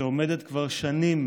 שעומדת כבר שנים